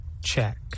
Check